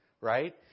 right